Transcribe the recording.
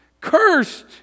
Cursed